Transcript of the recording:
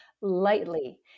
lightly